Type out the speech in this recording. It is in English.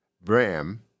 Bram